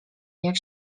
jak